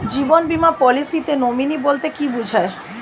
জীবন বীমা পলিসিতে নমিনি বলতে কি বুঝায়?